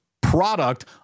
product